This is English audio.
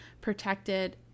protected